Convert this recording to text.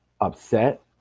upset